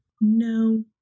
No